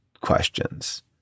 questions